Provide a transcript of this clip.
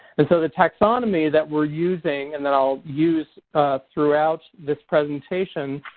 and so the taxonomy that we're using and that i'll use throughout this presentation